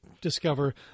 discover